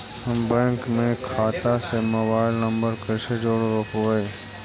हम बैंक में खाता से मोबाईल नंबर कैसे जोड़ रोपबै?